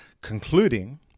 concluding